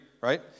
Right